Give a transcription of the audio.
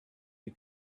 you